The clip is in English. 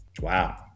Wow